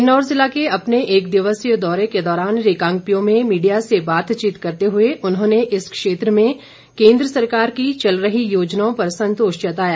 किन्नौर ज़िला के अपने एक दिवसीय दौरे के दौरान रिकांगपिओ में मीडिया से बातचीत करते हुए उन्होंने इस क्षेत्र में केंद्र सरकार की चल रही योजनाओं पर संतोष जताया